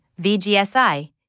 VGSI